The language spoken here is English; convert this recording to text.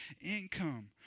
income